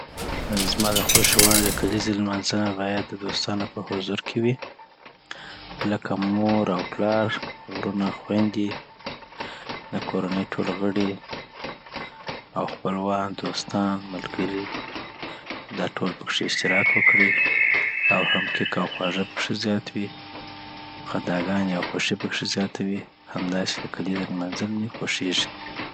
زما د خوښي وړ د کلېزې لمانځنه باید د دوستانو په حضور کي وي لکه مور او پلار، ورورنه، خویندې، د کورنۍ ټول غړي اوخپلوان، دوستان، ملګري دا ټول پکښي اشتراک وکړي اوهم کیک اوخواږه پکښي زیات وي خنداګانې او خوښې پکښي زیاته وی همداسي د کلیزي لمانځل مي خوښيږي